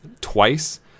twice